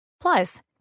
Plus